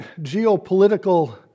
geopolitical